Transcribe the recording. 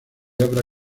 abra